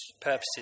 purposes